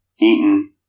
eaten